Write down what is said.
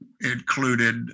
included